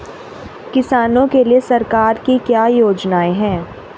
किसानों के लिए सरकार की क्या योजनाएं हैं?